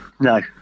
No